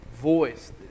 voice